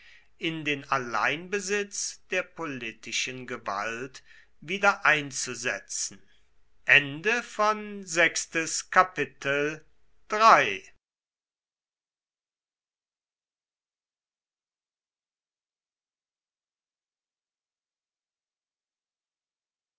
in den alleinbesitz der politischen gewalt wiedereinzusetzen